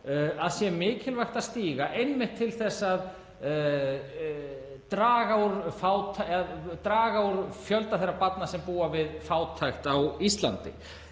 að sé mikilvægt til þess að draga úr fjölda þeirra barna sem búa við fátækt á Íslandi.